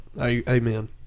Amen